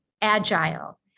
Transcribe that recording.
agile